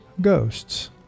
Ghosts